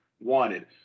wanted